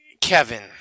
Kevin